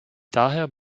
daher